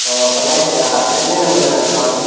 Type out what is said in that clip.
flight کا کتنے number لینا ہے سر آپ کو